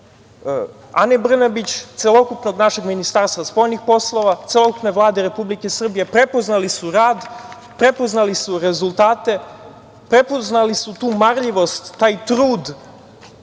Ane Brnabić, celokupnog našeg Ministarstva spoljnih poslova, celokupne Vlade Republike Srbije, prepoznali su rad, prepoznali su rezultate, prepoznali su tu marljivost, taj trud.